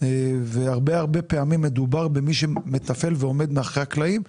והרבה פעמים מדובר במי שמתפעל ועומד מאחורי הקלעים,